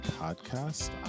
Podcast